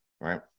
right